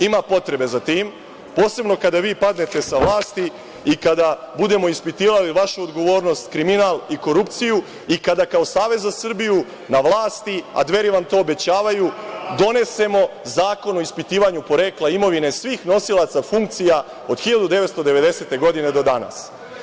Ima potrebe za tim, posebno kada vi padnete sa vlasti i kada budemo ispitivali vašu odgovornost, kriminal i korupciju i kada kao Savez za Srbiju na vlasti, a Dveri vam to obećavaju, donesemo zakon o ispitivanju porekla imovine svih nosilaca funkcija, od 1990. godine do danas.